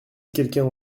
quelqu’un